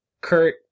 Kurt